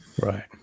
Right